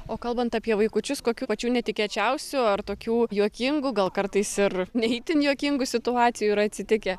o kalbant apie vaikučius kokių pačių netikėčiausių ar tokių juokingų gal kartais ir ne itin juokingų situacijų yra atsitikę